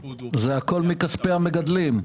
זה הכול מכספי המגדלים.